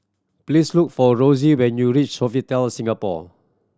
please look for Rosy when you reach Sofitel Singapore